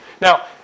Now